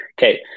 Okay